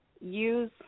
use